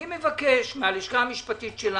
אני מבקש מהלשכה המשפטית שלנו,